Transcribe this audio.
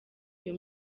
iyo